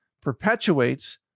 perpetuates